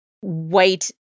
white